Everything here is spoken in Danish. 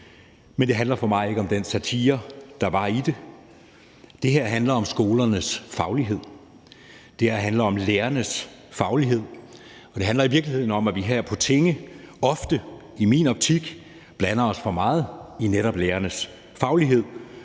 men det handler for mig ikke om den satire, der var i det. Det her handler om skolernes faglighed, det handler om lærernes faglighed, og det handler i virkeligheden om, at vi her på tinge i min optik ofte blander os for meget i netop lærernes faglighed.